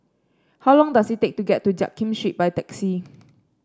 how long does it take to get to Jiak Kim Street by taxi